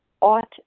ought